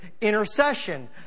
intercession